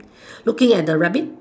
looking at the rabbit